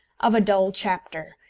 of a dull chapter,